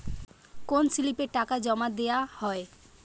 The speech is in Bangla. কোন স্লিপে টাকা জমাদেওয়া হয়?